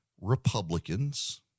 Republicans